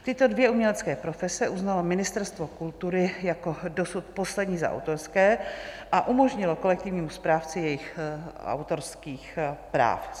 Tyto dvě umělecké profese uznalo Ministerstvo kultury jako dosud poslední za autorské a umožnilo kolektivnímu správci správu jejich autorských práv.